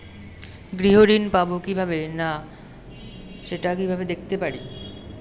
গৃহ ঋণ পাবো কি পাবো না সেটা কিভাবে দেখতে পারি?